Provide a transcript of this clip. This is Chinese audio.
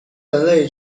人类